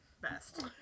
best